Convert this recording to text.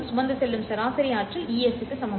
சுமந்து செல்லும் சராசரி ஆற்றல் Es க்கு சமம்